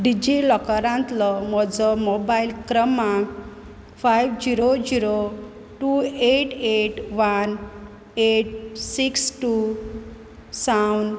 डिजिलॉकरांतलो म्हजो मोबायल क्रमांक five zero zero two eight eight one eight six two seven